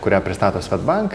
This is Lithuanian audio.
kurią pristato svedbank